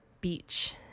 beach